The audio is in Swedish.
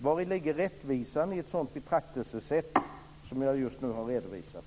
Vari ligger rättvisan i ett sådant betraktelsesätt som jag just har redovisat?